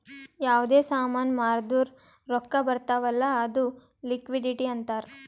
ಯಾವ್ದೇ ಸಾಮಾನ್ ಮಾರ್ದುರ್ ರೊಕ್ಕಾ ಬರ್ತಾವ್ ಅಲ್ಲ ಅದು ಲಿಕ್ವಿಡಿಟಿ ಅಂತಾರ್